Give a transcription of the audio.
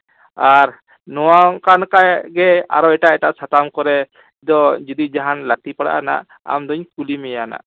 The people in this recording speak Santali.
ᱟᱨ ᱱᱚᱣᱟ ᱚᱱᱠᱟ ᱞᱮᱠᱟᱜᱮ ᱟᱨᱚ ᱮᱴᱟᱜ ᱮᱴᱟᱜ ᱥᱟᱛᱟᱢ ᱠᱚᱨᱮ ᱫᱚ ᱡᱩᱫᱤ ᱡᱟᱦᱟᱱ ᱞᱟᱹᱠᱛᱤ ᱯᱟᱲᱟᱜᱼᱟ ᱱᱟᱜ ᱟᱢ ᱫᱩᱧ ᱠᱩᱞᱤ ᱢᱮᱭᱟ ᱱᱟᱜ